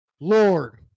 Lord